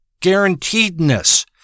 guaranteedness